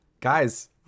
Guys